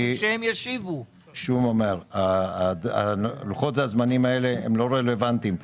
אני שוב אומר שלוחות הזמנים האלה הם לא רלוונטיים.